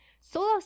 Solo